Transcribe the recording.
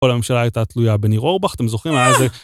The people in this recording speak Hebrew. כל הממשלה הייתה תלויה בניר אורבך, אתם זוכרים היה על זה?